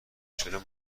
چرا